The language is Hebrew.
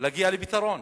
להגיע לפתרון.